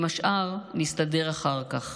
עם השאר נסתדר אחר כך.